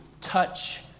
Touch